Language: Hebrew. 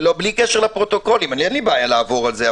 אין לי בעיה לעבור על זה.